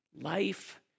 life